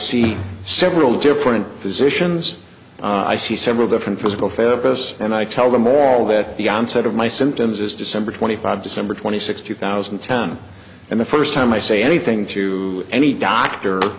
see several different positions i see several different physical therapist and i tell them all that the onset of my symptoms is december twenty five december twenty sixth two thousand and ten and the first time i say anything to any doctor